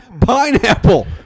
Pineapple